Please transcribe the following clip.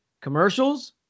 commercials